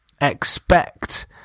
expect